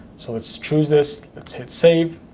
so let's choose this. let's hit save,